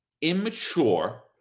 immature